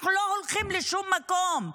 אנחנו לא הולכים לשום מקום.